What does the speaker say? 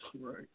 Right